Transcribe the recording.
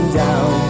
down